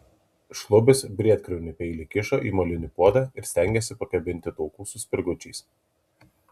šlubis briedkriaunį peilį kišo į molinį puodą ir stengėsi pakabinti taukų su spirgučiais